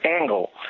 angle